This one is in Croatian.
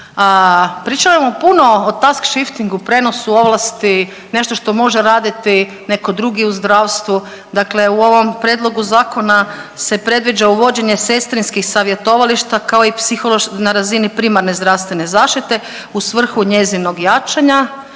Pričamo o puno o task-shiftingu, prijenosu ovlasti, nešto što može raditi netko drugi u zdravstvu, dakle u ovom prijedlogu zakona se predviđa uvođenje sestrinskih savjetovališta, kao i .../nerazumljivo/... na razini primarne zdravstvene zaštite u svrhu njezinog jačanja.